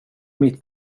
mitt